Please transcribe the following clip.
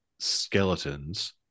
skeletons